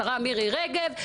השרה מירי רגב,